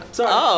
Sorry